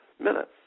minutes